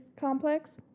complex